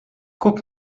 guck